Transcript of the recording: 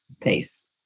pace